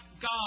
God